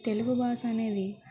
తెలుగు భాష అనేది